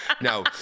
No